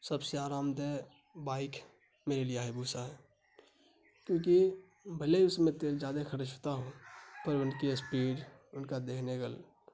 سب سے آرام دہ بائیک میرے لیے ہائی بوسا ہے کیونکہ بھلے ہی اس میں تیل زیادہ خرچ ہوتا ہو پر ان کی اسپیڈ ان کا دیکھنے کا